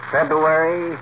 February